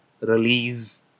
release